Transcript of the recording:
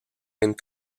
and